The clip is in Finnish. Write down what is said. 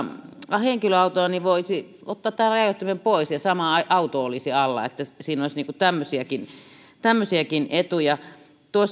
henkilöautoa niin voisi ottaa tämän rajoittimen pois ja sama auto olisi alla siinä olisi tämmöisiäkin tämmöisiäkin etuja